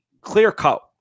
clear-cut